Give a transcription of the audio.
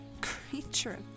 Creature